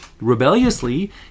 rebelliously